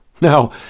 Now